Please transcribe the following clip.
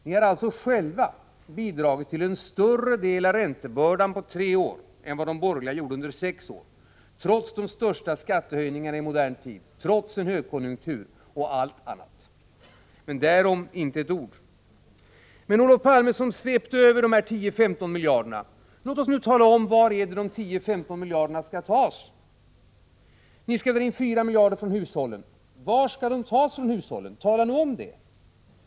Ni har alltså själva bidragit till en större del av räntebördan på tre år än vad de borgerliga gjorde under sex år, trots de största skattehöjningarna i modern tid, trots en högkonjunktur och trots allt annat. Därom inte ett ord. Olof Palme, som svepte över de 10-15 miljarderna, tala nu om var de 10-15 miljarderna skall tas. Ni skall ta in 4 miljarder från hushållen. På vilket sätt skall de tas från hushållen? Tala om det!